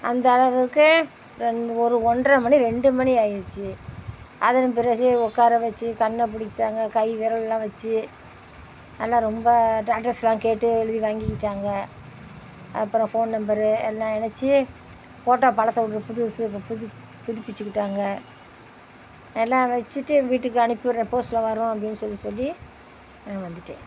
அந்தளவுக்கு ரெண்டு ஒரு ஒன்றரை மணி ரெண்டு மணி ஆயிடுச்சு அதன் பிறகு உட்கார வச்சு கண்ண பிடிச்சாங்க கை விரல்லாம் வச்சு நல்லா ரொம்ப டாட்டர்ஸ்லாம் கேட்டு எழுதி வாங்கிக்கிட்டாங்கள் அப்புறம் ஃபோன் நம்பரு எல்லாம் இணச்சி ஃபோட்டா படத்தை கொண்டு புதுசு புதுப் புதுப்பிச்சிக்கிட்டாங்கள் எல்லாம் வச்சிட்டு வீட்டுக்கு அனுப்பிவிடுறேன் போஸ்ட்ல வரும் அப்படின்னு சொல்லி சொல்லி நான் வந்துட்டேன்